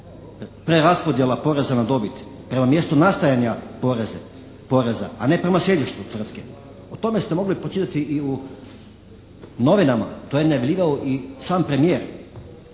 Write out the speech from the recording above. preraspodjela poreza na dobit prema mjestu nastajanja poreza a ne prema sjedištu tvrtke. O tome ste mogli pročitati u novinama, to je najavljivao i sam premijer.